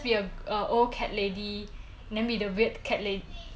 eh that auntie with the weird the weird old cat lady